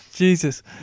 Jesus